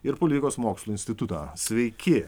ir politikos mokslų instituto sveiki